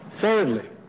Thirdly